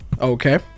Okay